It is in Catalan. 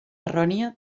errònia